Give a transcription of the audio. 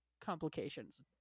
complications